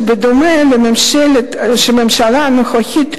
שבדומה לממשלה הנוכחית,